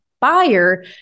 buyer